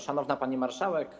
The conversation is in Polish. Szanowna Pani Marszałek!